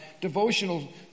devotional